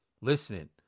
listening